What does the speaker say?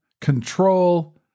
control